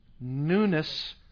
Newness